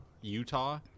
utah